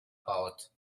baut